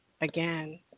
again